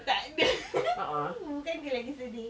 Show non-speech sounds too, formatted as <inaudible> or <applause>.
tak ada <laughs> bukan ke lagi sedih